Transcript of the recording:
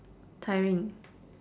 tiring